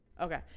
Okay